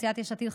סיעת יש עתיד,